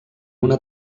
una